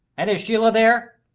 and is sheila there?